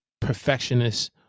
perfectionist